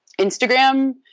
Instagram